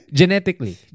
genetically